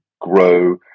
grow